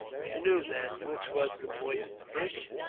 you knew, then, which was the poisoned dish.